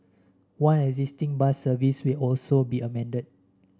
one existing bus service will also be amended